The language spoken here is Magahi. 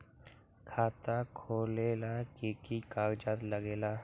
खाता खोलेला कि कि कागज़ात लगेला?